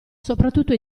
soprattutto